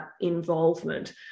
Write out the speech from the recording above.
involvement